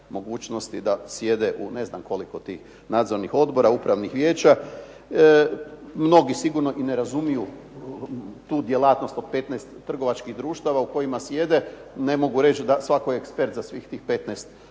mogućnosti da sjede u ne znam koliko tih nadzornih odbora, upravnih vijeća, mnogi sigurno i ne razumiju tu djelatnost od 15 trgovačkih društava u kojima sjede, ne mogu reći da svatko je ekspert za svih tih 15 da